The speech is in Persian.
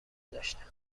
داشتند